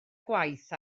gwaith